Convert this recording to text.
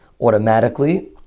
automatically